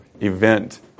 event